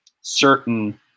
certain